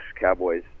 Cowboys